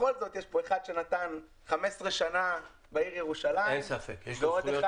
בכל זאת יש פה אחד שנתן 15 שנים בעיר ירושלים ועוד אחד